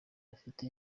bafite